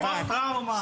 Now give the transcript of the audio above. פוסט טראומה.